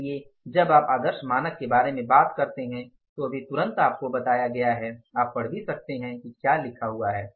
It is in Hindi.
इसलिए जब आप आदर्श मानक के बारे में बात करते हैं तो अभी तुरंत आपको बताया है आप पढ़ भी सकते हैं कि क्या लिखा हुआ है